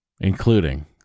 including